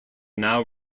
now